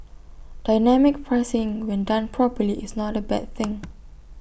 dynamic pricing when done properly is not A bad thing